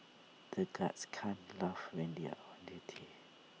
the guards can't laugh when they are on duty